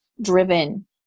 driven